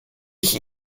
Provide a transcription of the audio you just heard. ich